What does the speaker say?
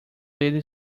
lady